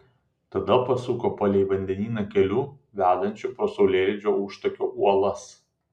tada pasuko palei vandenyną keliu vedančiu pro saulėlydžio užtakio uolas